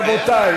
רבותי,